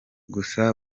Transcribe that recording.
gusa